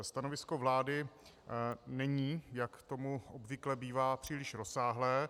Stanovisko vlády není, jak tomu obvykle bývá, příliš rozsáhlé.